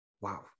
Wow